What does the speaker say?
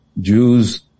Jews